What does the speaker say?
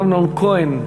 אמנון כהן,